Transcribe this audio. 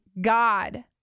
God